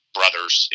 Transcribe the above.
brothers